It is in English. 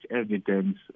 evidence